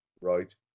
right